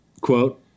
quote